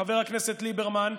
חבר הכנסת ליברמן,